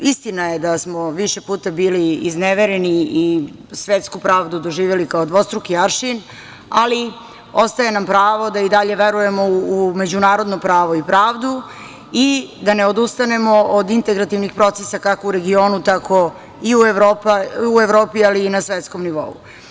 Istina je da smo više puta bili iznevereni i svetsku pravdu doživeli kao dvostruki aršin, ali ostaje nam pravo da i dalje verujemo u međunarodno pravo i pravdu i da ne odustanemo od integrativnih procesa kako u regionu tako i u Evropi, ali i na svetskom nivou.